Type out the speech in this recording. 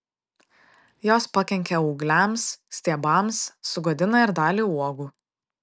jos pakenkia ūgliams stiebams sugadina ir dalį uogų